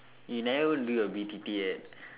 you never even do your B_T_T yet